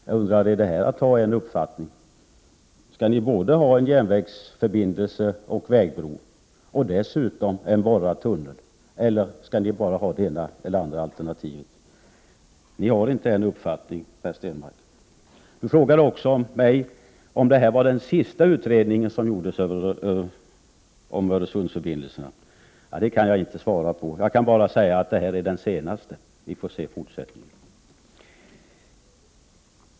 Jag undrar: Är det att ha en uppfattning? Skall ni ha både järnvägsförbindelse och vägbro samt dessutom en borrad tunnel, eller skall ni bara ha det ena eller det andra alternativet? Ni har inte bara en uppfattning, Per Stenmarck. Han frågade mig också om detta är den sista utredning som görs om Öresundsförbindelserna. Den frågan kan jag inte svara på. Jag kan bara säga att den här utredningen är den senaste. Sedan får vi se.